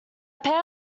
pair